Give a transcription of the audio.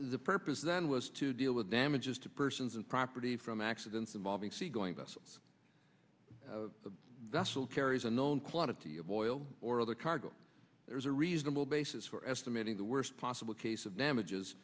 the purpose then was to deal with damages to persons and property from accidents involving seagoing vessels the vessel carries a known quantity of oil or other cargo there is a reasonable basis for estimating the worst possible case of damages